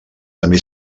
també